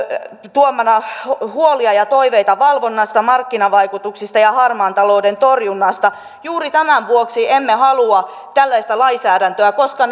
tuotuja huolia ja toiveita valvonnasta markkinavaikutuksista ja harmaan talouden torjunnasta juuri tämän vuoksi emme halua tällaista lainsäädäntöä koska